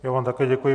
Já vám také děkuji.